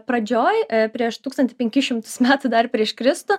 pradžioj prieš tūkstantį penkis šimtus metų dar prieš kristų